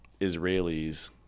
Israelis